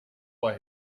why